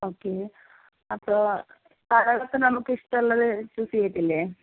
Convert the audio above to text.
okay അപ്പോൾ colour ഒക്കെ നമുക്ക് ഇഷ്ടം ഉള്ളത് ചൂസ് ചെയ്യില്ലേ